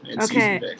okay